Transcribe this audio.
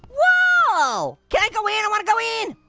whoa! can i go in? i want to go in?